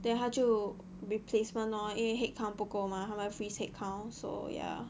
then 他就 replacement lor 因为 headcount 不够 mah 他们 freeze headcount so ya